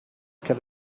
can